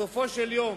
בסופו של דבר,